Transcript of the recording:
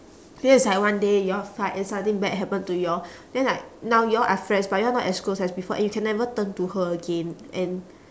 feels like one day you all fight and something bad happen to you all then like now you all are friends but you are not as close as before and you can never turn to her again and